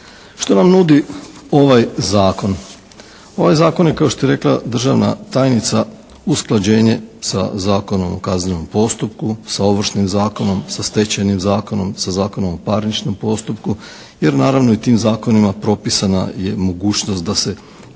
Što nam nudi ovaj zakon? Ovaj zakon je kao što je rekla državna tajnica usklađenje sa Zakonom o kaznenom postupku, sa Ovršnim zakonom, sa stečajnim zakonom, sa Zakonom o parničnom postupku jer naravno i tim zakonima propisana je mogućnost da se i